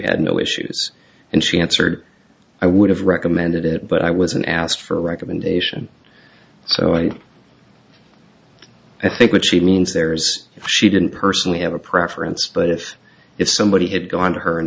had no issues and she answered i would have recommended it but i was and asked for a recommendation so i i think what she means there's she didn't personally have a preference but if if somebody had gone to her